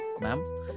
ma'am